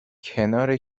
کنار